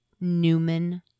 Newman